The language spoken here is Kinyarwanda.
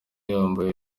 yambaye